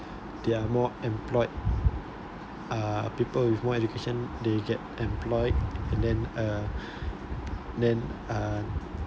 they're more employed uh people with more education they get employed and then uh then uh